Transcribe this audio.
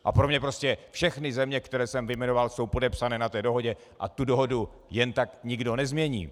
A pro mě prostě všechny země, které jsem vyjmenoval, jsou podepsané na té dohodě a tu dohodu jen tak nikdo nezmění.